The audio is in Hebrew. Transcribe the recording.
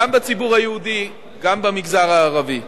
גם בציבור היהודי, גם במגזר הערבי.